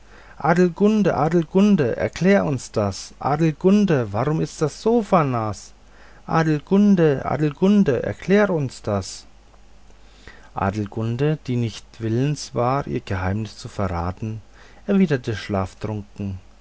adelgunde adelgunde erklär uns das adelgunde warum ist das sofa naß adelgunde adelgunde erklär uns das adelgunde die nicht willens war ihr geheimnis zu verraten erwiderte schlaftrunken